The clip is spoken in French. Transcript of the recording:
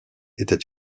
était